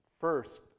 First